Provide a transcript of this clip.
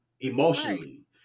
emotionally